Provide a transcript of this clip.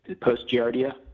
post-Giardia